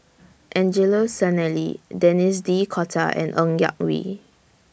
Angelo Sanelli Denis D'Cotta and Ng Yak Whee